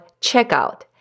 Checkout